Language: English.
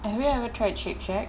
have you ever tried shake shack